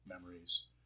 memories